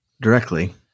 Directly